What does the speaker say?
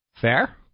Fair